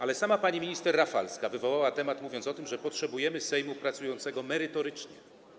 Ale sama pani minister Rafalska wywołała temat, mówiąc o tym, że potrzebujemy Sejmu pracującego merytorycznie.